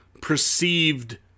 perceived